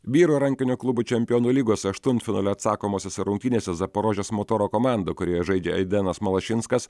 vyrų rankinio klubų čempionų lygos aštuntfinalio atsakomosiose rungtynėse zaporožės motoro komanda kurioje žaidžia aidenas malašinskas